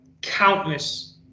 countless